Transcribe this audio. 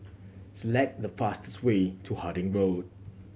select the fastest way to Harding Road